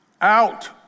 out